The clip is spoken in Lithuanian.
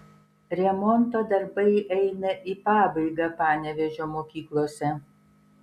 remonto darbai eina į pabaigą panevėžio mokyklose